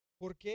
Porque